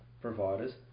providers